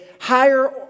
higher